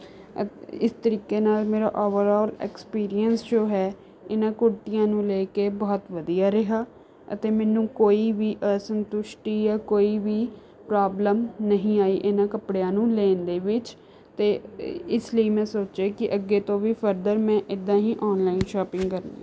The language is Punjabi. ਅਤੇ ਇਸ ਤਰੀਕੇ ਨਾਲ ਮੇਰਾ ਓਵਰਔਲ ਐਕਸਪੀਰੀਐਂਸ ਜੋ ਹੈ ਇਹਨਾਂ ਕੁੜਤੀਆਂ ਨੂੰ ਲੈ ਕੇ ਬਹੁਤ ਵਧੀਆ ਰਿਹਾ ਅਤੇ ਮੈਨੂੰ ਕੋਈ ਵੀ ਅਸੰਤੁਸ਼ਟੀ ਜਾਂ ਕੋਈ ਵੀ ਪ੍ਰੋਬਲਮ ਨਹੀਂ ਆਈ ਇਹਨਾਂ ਕੱਪੜਿਆਂ ਨੂੰ ਲੈਣ ਦੇ ਵਿੱਚ ਅਤੇ ਇਸ ਲਈ ਮੈਂ ਸੋਚਿਆ ਕਿ ਅੱਗੇ ਤੋਂ ਵੀ ਫਰਦਰ ਮੈਂ ਇੱਦਾਂ ਹੀ ਔਨਲਾਈਨ ਸ਼ਾਪਿੰਗ ਕਰਨੀ